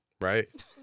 right